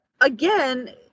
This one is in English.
again